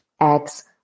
eggs